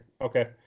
Okay